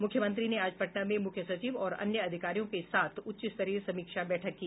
मुख्यमंत्री ने आज पटना में मूख्य सचिव और अन्य अधिकारियों के साथ उच्चस्तरीय समीक्षा बैठक की